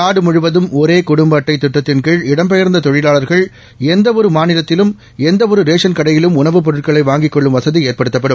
நாடுமுழுவதும் ஒரேகுடும்பஅட்டைதிட்டத்தின் கீழ் இடம்பெயர்ந்ததொழிலாளர்கள் எந்தஒருமாநிலத்திலும் எந்தஒருரேஷன் கடையிலும் உணவுப் பொருட்களைவாங்கிக்கொள்ளும் வசதிஏற்படுத்தப்படும்